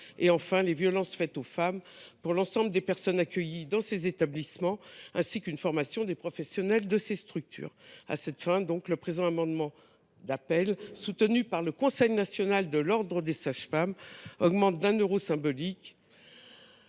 et sur les violences faites aux femmes pour l’ensemble des personnes accueillies dans les établissements ; enfin, une formation des professionnels de ces structures. À cette fin, le présent amendement d’appel, soutenu par le Conseil national de l’ordre des sages femmes, tend à doter d’un euro symbolique